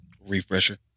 refresher